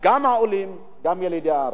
גם העולים וגם ילידי הארץ.